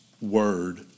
word